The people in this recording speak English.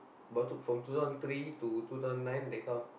about from two thousand three to two thousand nine that kind of